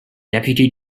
deputy